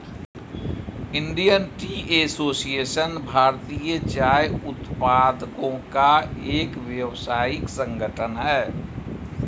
Indian Tea Association भारतीय चाय उत्पादकों का एक व्यावसायिक संगठन है